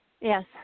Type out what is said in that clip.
Yes